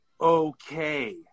okay